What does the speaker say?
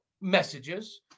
messages